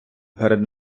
перед